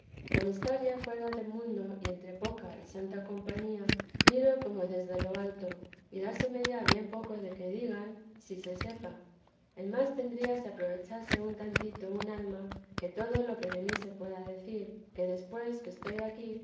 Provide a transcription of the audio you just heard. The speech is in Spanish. por estar ya fuera del mundo y entre poca y santa compañía miro como desde lo alto y dáseme ya bien poco de que digan ni se sepa en más temía se aprovechase un tantico una alma que todo lo que de mí se puede decir que después que estoy aquí